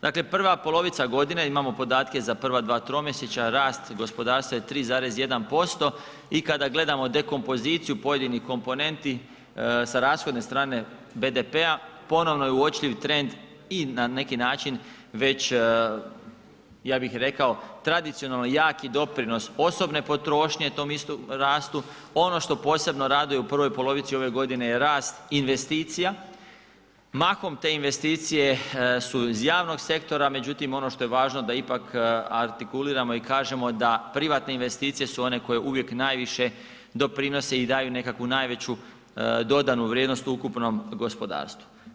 Dakle prva polovica godine, imamo podatke za prva dva tromjesečja, rast gospodarstva je 3,1% i kada gledamo dekompoziciju pojedinih komponenti, sa rashodne strane BDP-a, ponovno je uočljiv trend i na neki način već ja bih rekao, tradicionalni jaki doprinos osobne potrošnje tom istom rastu, ono što posebno raduje u prvoj polovici ove godine je rast investicija, mahom te investicije su iz javnog sektora, međutim ono što je važno da je ipak artikuliramo i kažemo da privatne investicije su one koje uvijek najviše doprinose i daju nekako najveću dodanu vrijednost ukupnom gospodarstvu.